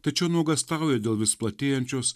tačiau nuogąstauja dėl vis platėjančios